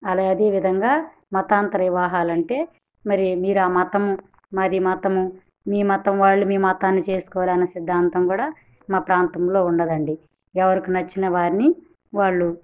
అలా అదేవిధంగా మతాంతర వివాహాలంటే మరి మీరు ఆ మతము మాది ఈ మతము మీ మతం వాళ్ళు మీ మతాన్ని చేసుకోవాలనే సిద్ధాంతం కూడా మా ప్రాంతంలో ఉండదండి ఎవరికి నచ్చిన వారిని వాళ్ళు